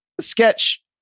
Sketch